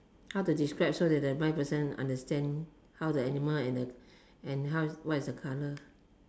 how to describe so that the blind person understand how the animal and the and how what is the colour